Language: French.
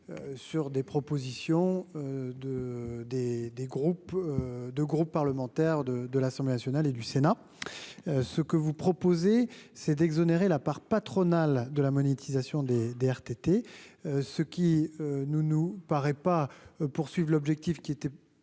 des, des groupes de groupes parlementaires de de l'Assemblée nationale et du Sénat, ce que vous proposez c'est d'exonérer la part patronale de la monétisation des RTT, ce qui nous, nous paraît pas poursuivent l'objectif qui était